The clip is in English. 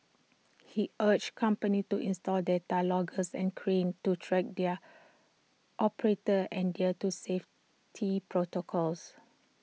he urged companies to install data loggers and cranes to track their operators adhere to safety protocols